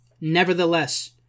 Nevertheless